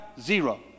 Zero